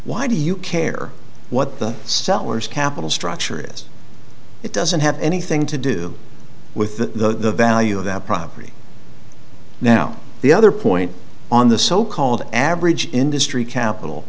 why do you care what the seller's capital structure is it doesn't have anything to do with the value of that property now the other point on the so called average industry capital